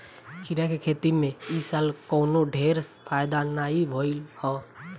खीरा के खेती में इ साल कवनो ढेर फायदा नाइ भइल हअ